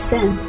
Sin